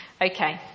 Okay